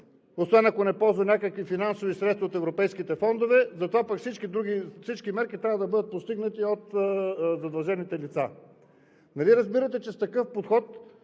освен ако не полза някакви финансови средства от европейските фондове. Затова пък всички мерки трябва да бъдат постигнати от задължените лица. Нали разбирате, че с такъв подход